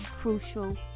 crucial